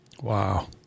Wow